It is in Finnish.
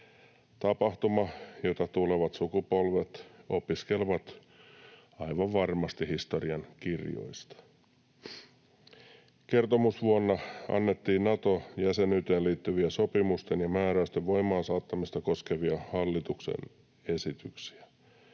Tapahtuma, jota tulevat sukupolvet opiskelevat aivan varmasti historiankirjoista. Kertomusvuonna annettiin Nato-jäsenyyteen liittyvien sopimusten ja määräysten voimaan saattamista koskevia hallituksen esityksiä.